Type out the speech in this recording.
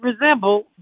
resemble